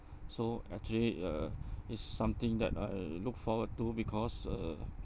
so actually uh it's something that I look forward to because uh